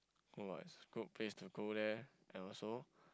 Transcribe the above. good [what] it's a good place to go there and also